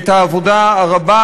אותך על העבודה הרבה,